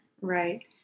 right